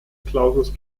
clausus